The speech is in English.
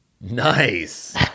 Nice